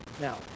Now